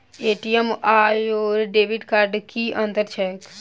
ATM आओर debit card मे की अंतर छैक?